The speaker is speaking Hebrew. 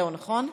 וזהו, נכון?